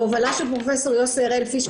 בהובלה של פרופ' יוסי הראל פיש,